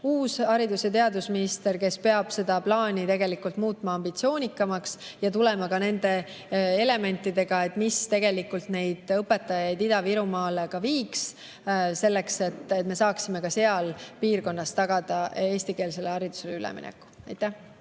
uus haridus- ja teadusminister, kes peab seda plaani muutma ambitsioonikamaks ja tulema ka nende elementidega, mis tegelikult neid õpetajaid Ida-Virumaale viiks, selleks et me saaksime ka seal piirkonnas tagada eestikeelsele haridusele ülemineku. Austatud